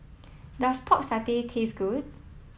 does Pork Satay taste good